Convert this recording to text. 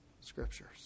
Scriptures